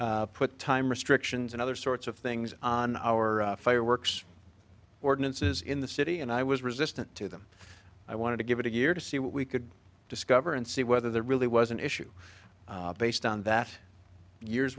put time restrictions and other sorts of things on our fireworks ordinances in the city and i was resistant to them i wanted to give it a year to see what we could discover and see whether there really was an issue based on that years